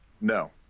No